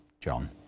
John